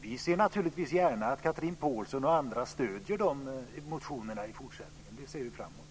Vi ser naturligtvis gärna att Chatrine Pålsson och andra stöder de motionerna i fortsättningen. Det ser vi framemot.